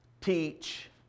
teach